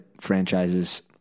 franchises